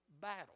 battle